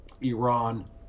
Iran